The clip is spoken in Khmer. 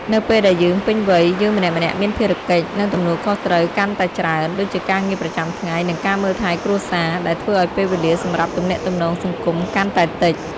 នៅពេលដែលយើងពេញវ័យ យើងម្នាក់ៗមានភារកិច្ច និងទំនួលខុសត្រូវកាន់តែច្រើន ដូចជាការងារប្រចាំថ្ងៃ និងការមើលថែគ្រួសារ ដែលធ្វើឱ្យពេលវេលាសម្រាប់ទំនាក់ទំនងសង្គមកាន់តែតិច។